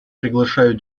приглашаю